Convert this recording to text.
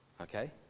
okay